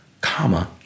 comma